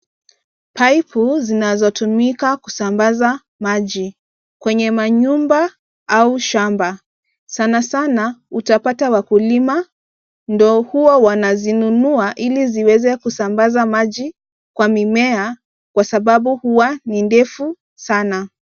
Paipu, zinazotumika kusambaza maji ,kwenye manyumba au shamba. Sanasana, utapata wakulima ndo huwa wanazinunua ili ziweze kusambaza maji kwa mimea, kwa sababu huwa ni ndefu sana.